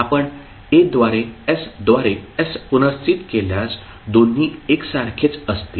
आपण a द्वारे s द्वारे s पुनर्स्थित केल्यास दोन्ही एकसारखेच असतील